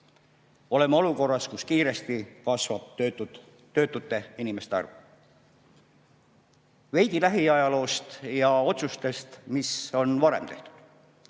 Oleme olukorras, kus kiiresti kasvab töötute inimeste arv. Veidi lähiajaloost ja ka otsustest, mis on varem tehtud.